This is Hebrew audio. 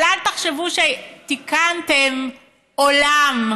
אבל אל תחשבו שתיקנתם עולם.